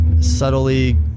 subtly